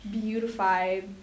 beautified